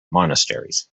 monasteries